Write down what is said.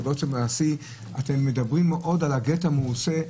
מדברים על הגט המעושה.